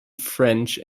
french